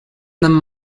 them